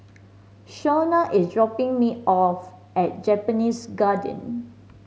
Shawna is dropping me off at Japanese Garden